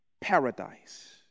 paradise